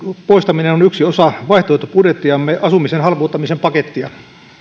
poistaminen on yksi osa vaihtoehtobudjettiamme asumisen halpuuttamisen pakettia